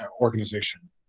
organization